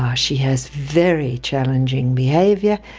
um she has very challenging behaviour,